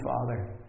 Father